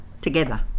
together